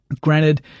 Granted